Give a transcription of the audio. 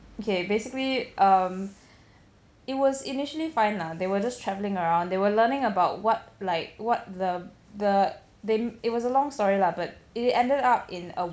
okay basically um it was initially fine lah they were just travelling around they were learning about what like what the the they it was a long story lah but it ended up in a